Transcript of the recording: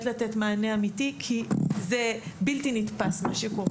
לתת מענה אמיתי כי זה בלתי נתפס מה שקורה